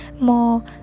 more